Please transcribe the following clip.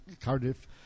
Cardiff